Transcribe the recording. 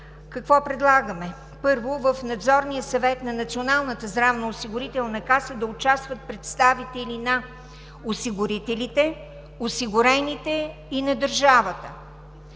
какво предлагаме. Първо, в Надзорния съвет на Националната здравноосигурителна каса да участват представители на осигурителите, осигурените и на държавата.